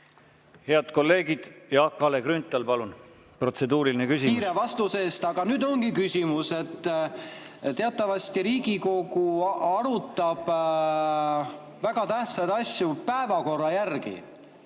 Head kolleegid ... Jah, Kalle Grünthal, palun! Protseduuriline küsimus Aitäh kiire vastuse eest! Aga nüüd ongi küsimus. Teatavasti Riigikogu arutab väga tähtsaid asju päevakorra järgi.